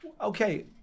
okay